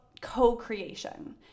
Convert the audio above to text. co-creation